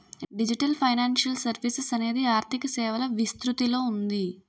digital financial services అనేది ఆర్థిక సేవల విస్తృతిలో ఉంది